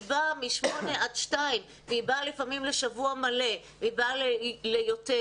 היא באה מ-8:00 עד 14:00 והיא באה לפעמים לשבוע מלא והיא באה ליותר,